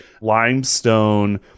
limestone